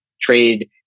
trade